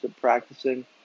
practicing